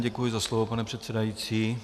Děkuji za slovo, pane předsedající.